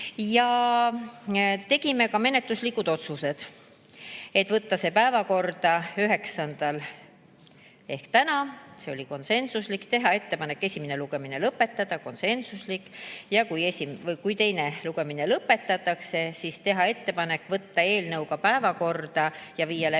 ja tegime ka menetluslikud otsused: võtta see päevakorda 9. novembril ehk täna – see oli konsensuslik –, teha ettepanek [teine] lugemine lõpetada – konsensuslik – ja kui teine lugemine lõpetatakse, siis teha ettepanek võtta eelnõu päevakorda ja viia läbi